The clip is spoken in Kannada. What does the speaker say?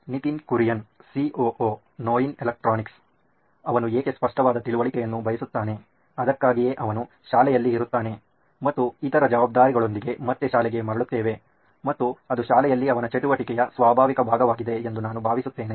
ನಿತಿನ್ ಕುರಿಯನ್ ಸಿಒಒ ನೋಯಿನ್ ಎಲೆಕ್ಟ್ರಾನಿಕ್ಸ್ ಅವನು ಏಕೆ ಸ್ಪಷ್ಟವಾದ ತಿಳುವಳಿಕೆಯನ್ನು ಬಯಸುತ್ತಾನೆ ಅದಕ್ಕಾಗಿಯೇ ಅವನು ಶಾಲೆಯಲ್ಲಿ ಇರುತ್ತಾನೆ ಮತ್ತು ಇತರ ಜವಾಬ್ದಾರಿಗಳೊಂದಿಗೆ ಮತ್ತೆ ಶಾಲೆಗೆ ಮರಳುತ್ತಿವೆ ಮತ್ತು ಅದು ಶಾಲೆಯಲ್ಲಿ ಅವನ ಚಟುವಟಿಕೆಯ ಸ್ವಾಭಾವಿಕ ಭಾಗವಾಗಿದೆ ಎಂದು ನಾನು ಭಾವಿಸುತ್ತೇನೆ